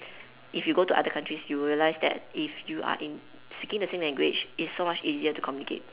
if you go to other countries you will realise that if you are in speaking the same language it's so much easier to communicate